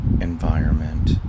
environment